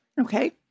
Okay